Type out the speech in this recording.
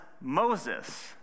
Moses